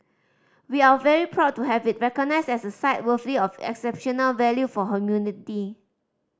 we are very proud to have it recognised as a site worthy of exceptional value for humanity